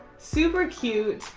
super cute.